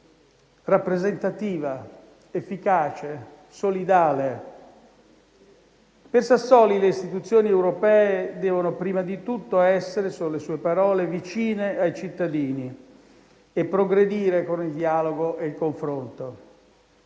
rappresentativa, efficace, solidale. Per Sassoli le istituzioni europee devono prima di tutto essere - sono le sue parole - vicine ai cittadini e progredire con il dialogo e il confronto.